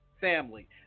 family